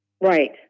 Right